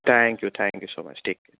thank you thank you so much take care